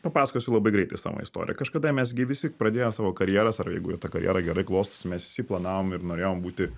papasakosiu labai greitai savo istoriją kažkada mes gi visi pradėję savo karjeras jeigu ta karjera gerai klostosi mes visi planavom ir norėjom būti